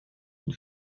une